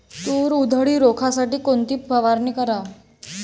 तूर उधळी रोखासाठी कोनची फवारनी कराव?